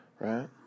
right